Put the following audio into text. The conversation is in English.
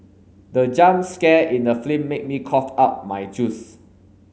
the jump scare in the film made me cough out my juice